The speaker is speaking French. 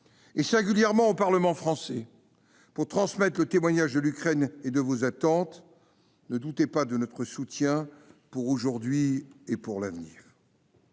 singulièrement au Parlement français, pour transmettre le témoignage de l'Ukraine et vos attentes. Ne doutez pas de notre soutien, pour aujourd'hui et pour l'avenir